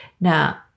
Now